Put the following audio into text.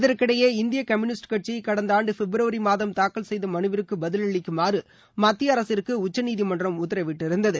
இதற்கிடையே இந்தியகம்யூனிஸ்டு கட்சிகடந்தஆண்டுபிப்ரவரிமாதம் தாக்கல் செய்தமனுவிற்குபதிலளிக்குமாறுமத்தியஅரசிற்குஉச்சநீதிமன்றம் உத்தரவிட்டிருந்தது